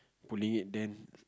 pulling it then